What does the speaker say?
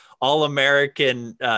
all-American